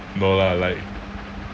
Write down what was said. no lah like